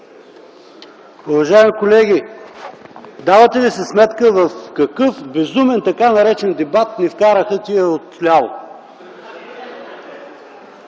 Уважаеми колеги, давате ли си сметка в какъв безумен така наречен дебат ни вкараха тия отляво?